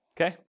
Okay